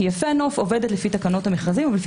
כי יפה נוף עובדת לפי תקנות המכרזים ולפי